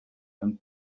and